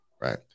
right